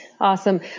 Awesome